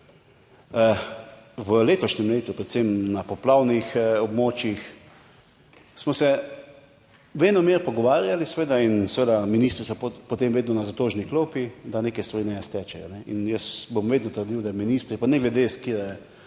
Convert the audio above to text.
V letošnjem letu, predvsem na poplavnih območjih, smo se venomer pogovarjali, in seveda so ministri potem vedno na zatožni klopi, da neke stvari ne stečejo. Jaz bom vedno trdil, da ministri, pa ne glede na